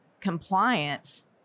compliance